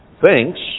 thinks